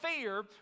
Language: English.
fear